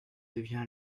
devient